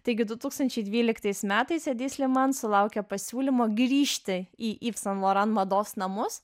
taigi du tūkstančiai dvyliktais metais edi sliman sulaukė pasiūlymo grįžti į v san loran mados namus